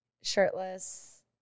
Shirtless